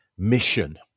mission